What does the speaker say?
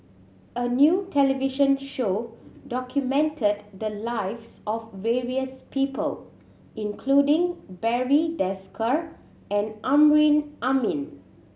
a new television show documented the lives of various people including Barry Desker and Amrin Amin